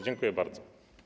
Dziękuję bardzo.